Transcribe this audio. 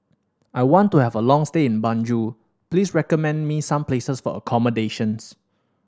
I want to have a long stay in Banjul please recommend me some places for accommodations